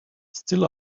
still